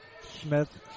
Smith